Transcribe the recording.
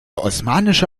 osmanische